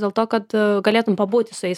dėl to kad galėtum pabūti su jais